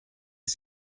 ich